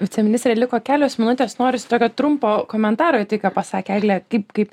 viceministre liko kelios minutės norisi tokio trumpo komentaro į tai ką pasakė eglė kaip kaip